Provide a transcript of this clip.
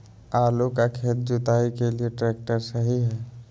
आलू का खेत जुताई के लिए ट्रैक्टर सही है?